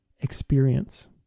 experience